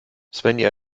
svenja